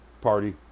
party